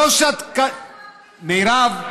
מירב,